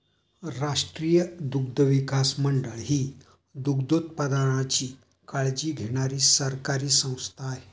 राष्ट्रीय दुग्धविकास मंडळ ही दुग्धोत्पादनाची काळजी घेणारी सरकारी संस्था आहे